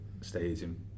stadium